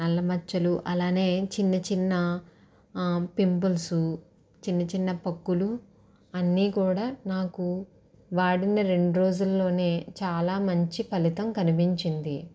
నల్ల మచ్చలు అలానే చిన్న చిన్న పింపుల్స్ చిన్న చిన్న పొక్కులు అన్నీ కూడా నాకు వాడిన రెండు రోజుల్లోనే చాలా మంచి ఫలితం కనిపించింది